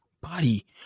body